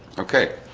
okay